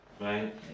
Right